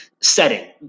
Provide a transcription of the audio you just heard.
setting